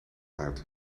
uit